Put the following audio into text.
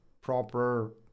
proper